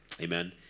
amen